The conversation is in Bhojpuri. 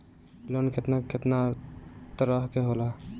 लोन केतना केतना तरह के होला?